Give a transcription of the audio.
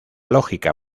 lógica